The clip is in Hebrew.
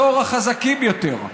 בתור החזקים יותר,